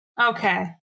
Okay